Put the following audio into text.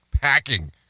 packing